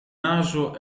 naso